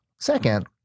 Second